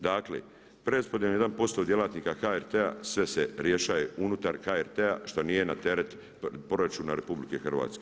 Dakle, preraspodjelom 1% djelatnika HRT-a sve se rješava unutar HRT-a što nije na teret proračuna RH.